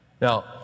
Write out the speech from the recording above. Now